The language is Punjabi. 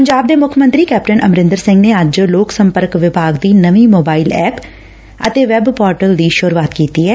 ਪੰਜਾਬ ਦੇ ਮੁੱਖ ਮੰਤਰੀ ਕੈਪਟਨ ਅਮਰਿੰਦਰ ਸਿੰਘ ਨੇ ਅੱਜ ਲੋਕ ਸੰਪਰਕ ਵਿਭਾਗ ਦੀ ਨਵੀਂ ਮੋਬਾਇਲ ਐਪ ਅਤੇ ਵੈਬ ਪੋਰਟਲ ਦੀ ਸੁਰੂਆਤ ਕੀਤੀ ਐ